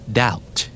doubt